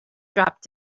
dropped